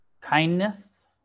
kindness